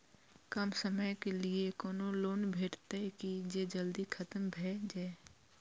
कम समय के लीये कोनो लोन भेटतै की जे जल्दी खत्म भे जे?